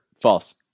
False